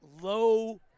Low